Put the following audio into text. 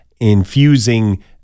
infusing